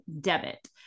debit